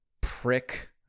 prick-